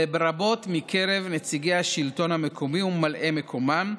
לרבות מקרב נציגי השלטון המקומי וממלאי מקומם,